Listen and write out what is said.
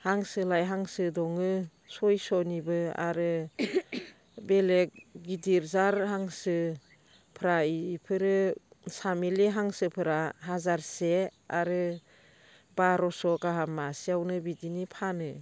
हांसो लायै हांसो दङ सयस'निबो आरो बेलेग गिदिर जात हांसोफोरा बेफोरो सामेलि हांसोफोरा हाजारसे आरो बार'स' गाहाम मासेयावनो बिदिनि फानो